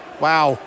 Wow